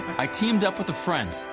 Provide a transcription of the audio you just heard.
i teamed up with a friend,